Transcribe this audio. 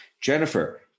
Jennifer